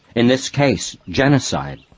in this case genocide.